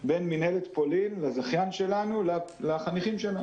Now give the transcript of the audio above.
בין מינהלת פולין לבין הזכיין שלנו ובין החניכים שלנו.